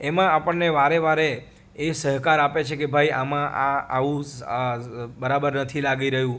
એમા આપણને વારેવારે એ સહકાર આપે છે કે ભાઈ આમાં આ આવું બરાબર નથી લાગી રહ્યું